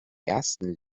ersten